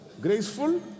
Graceful